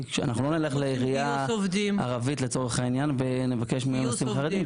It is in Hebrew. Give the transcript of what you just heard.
אנחנו לא נלך לעירייה ערבית לצורך העניין ונבקש מהם לשים חרדים,